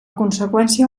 conseqüència